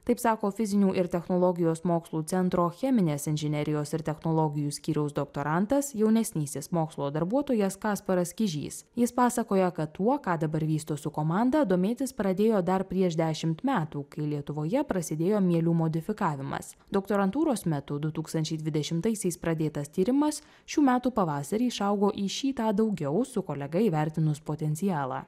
taip sako fizinių ir technologijos mokslų centro cheminės inžinerijos ir technologijų skyriaus doktorantas jaunesnysis mokslo darbuotojas kasparas kižys jis pasakoja kad tuo ką dabar vysto su komanda domėtis pradėjo dar prieš dešimt metų kai lietuvoje prasidėjo mielių modifikavimas doktorantūros metu du tūkstančiai dvidešimtaisiais pradėtas tyrimas šių metų pavasarį išaugo į šį tą daugiau su kolega įvertinus potencialą